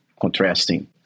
contrasting